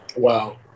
Wow